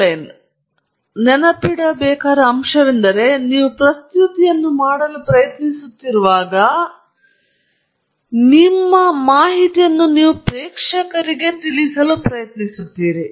ಈಗ ನೆನಪಿಡುವ ಅಂಶ ಅಥವಾ ನೆನಪಿನಲ್ಲಿಟ್ಟುಕೊಳ್ಳಬೇಕಾದ ಅಂಶವೆಂದರೆ ನೀವು ಪ್ರಸ್ತುತಿಯನ್ನು ಮಾಡಲು ಪ್ರಯತ್ನಿಸುತ್ತಿರುವಾಗ ನೀವು ಕೆಲವು ಮಾಹಿತಿಯನ್ನು ಪ್ರೇಕ್ಷಕರಿಗೆ ತಿಳಿಸಲು ಪ್ರಯತ್ನಿಸುತ್ತೀರಿ